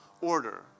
order